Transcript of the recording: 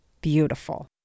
beautiful